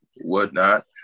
whatnot